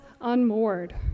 unmoored